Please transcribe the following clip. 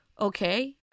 okay